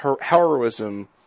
heroism